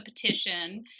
petition